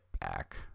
back